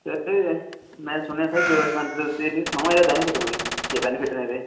sir ते में सुनेआ सर योग सखांदे तुस मी सनाओ आं एह्दे बेनिफिट कोई केह् बेनिफिट न एह्दे